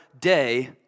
day